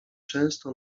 często